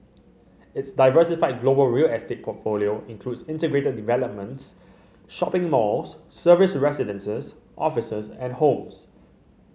its diversified global real estate portfolio includes integrated developments shopping malls serviced residences offices and homes